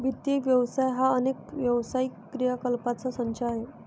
वित्त व्यवसाय हा अनेक व्यावसायिक क्रियाकलापांचा संच आहे